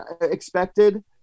expected